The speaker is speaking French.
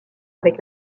avec